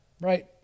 right